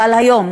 אבל היום